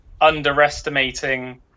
underestimating